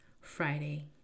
Friday